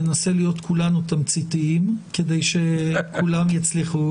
ננסה להיות כולנו תמציתיים כדי שכולם יצליחו